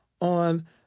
on